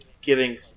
giving